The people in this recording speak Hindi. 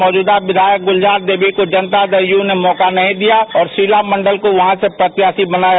मौजूदा विधायक गुलजार देवी को जनता दल यूनाइटेड ने मौका नहीं दिया और शीला कुमारी को यहां से प्रत्याशी बनाया